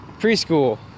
Preschool